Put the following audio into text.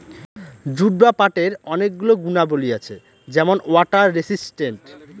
jute বা পাটের অনেক গুণাবলী আছে যেমন ওয়াটার রেসিস্টেন্ট